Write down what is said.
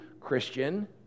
Christian